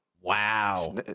Wow